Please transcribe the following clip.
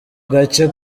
agace